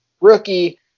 rookie